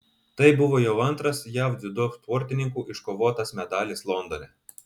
tai buvo jau antras jav dziudo sportininkų iškovotas medalis londone